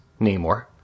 Namor